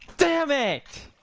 dammit